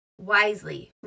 wisely